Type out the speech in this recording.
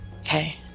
Okay